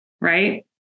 right